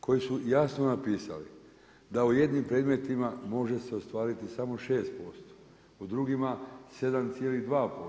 Koji su jasno napisali da u jednim predmetima može se ostvariti samo 6%, u drugima 7,2%